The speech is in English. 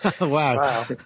wow